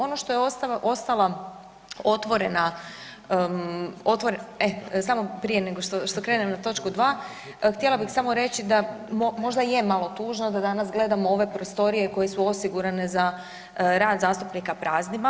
Ono što je ostala otvorena, e samo prije nego što, što krenem na točku 2 htjela bih samo reći da možda je malo tužno da danas gledamo ove prostorije koje su osigurane za rad zastupnika praznima.